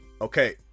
Okay